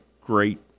great